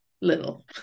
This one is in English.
little